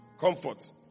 comfort